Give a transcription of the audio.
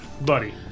buddy